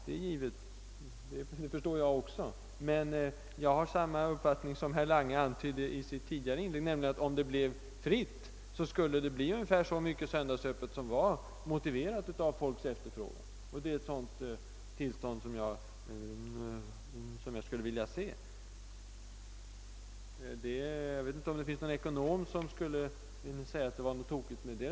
Det är givet, det förstår jag också. Men | har samma uppfattning som herr Lange antydde i sill lidigare inligg, nämligen all om affärstidslagen avskaffades, skulle man hålla så mycket söndagsöppet som var motiverat av folks efterfrågan. Det är ett sådant tillstand som jag skulle vilja se genomfört. Jag vel inte om det finns någon ekonom som skulle vilja säga att detta resonemang är felaktict.